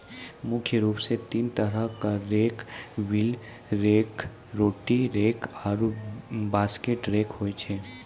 मुख्य रूप सें तीन तरहो क rake wheel rake, rotary rake आरु बास्केट रेक होय छै